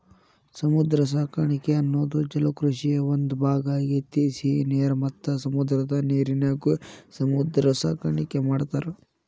ಸಮುದ್ರ ಸಾಕಾಣಿಕೆ ಅನ್ನೋದು ಜಲಕೃಷಿಯ ಒಂದ್ ಭಾಗ ಆಗೇತಿ, ಸಿಹಿ ನೇರ ಮತ್ತ ಸಮುದ್ರದ ನೇರಿನ್ಯಾಗು ಸಮುದ್ರ ಸಾಕಾಣಿಕೆ ಮಾಡ್ತಾರ